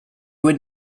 would